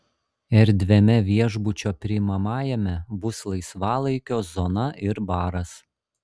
erdviame viešbučio priimamajame bus laisvalaikio zona ir baras